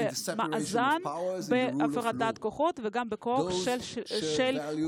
במאזן, בהפרדת כוחות וגם בכוח של החוק.